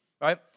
right